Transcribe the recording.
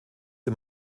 dem